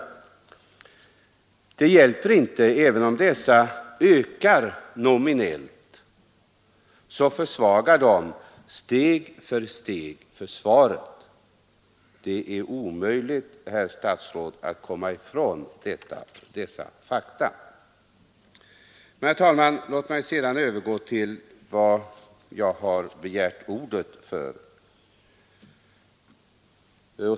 Även om anslagen ökar nominellt, så försvagas försvaret steg för steg. Det är omöjligt, herr statsråd, att komma ifrån dessa fakta. Låt mig sedan, herr talman, övergå till vad jag har begärt ordet för.